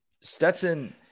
Stetson